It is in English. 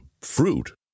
fruit